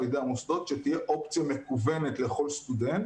ידי המוסדות שתהיה אופציה מקוונת לכל סטודנט